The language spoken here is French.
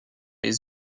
les